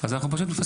אז אנחנו מפספסים.